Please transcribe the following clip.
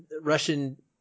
Russian